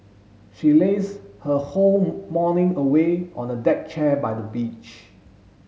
she laze her whole morning away on a deck chair by the beach